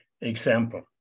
Example